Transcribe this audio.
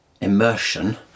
immersion